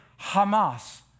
Hamas